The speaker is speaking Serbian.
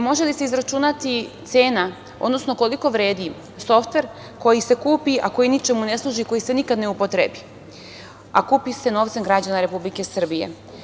Može li se izračunati cena, odnosno koliko vredi softver koji se kupi, a koji ničemu ne služi, koji se nikada ne upotrebi, a kupi se novcem građana Republike Srbije?